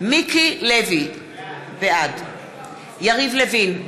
מיקי לוי, בעד יריב לוין,